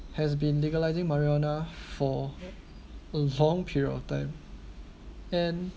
has been legalizing marijuana for a long period of time and